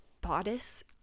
bodice